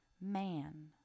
Man